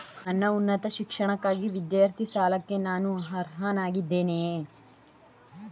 ನನ್ನ ಉನ್ನತ ಶಿಕ್ಷಣಕ್ಕಾಗಿ ವಿದ್ಯಾರ್ಥಿ ಸಾಲಕ್ಕೆ ನಾನು ಅರ್ಹನಾಗಿದ್ದೇನೆಯೇ?